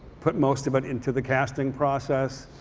put most of it into the casting process.